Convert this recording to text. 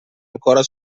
ancora